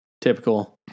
Typical